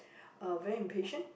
uh very impatient